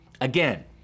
Again